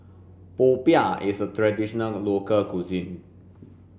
popiah is a traditional local cuisine